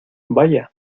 vaya